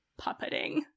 puppeting